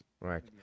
Right